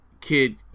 kid